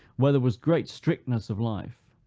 where there was great strictness of life,